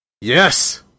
Yes